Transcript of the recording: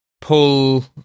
pull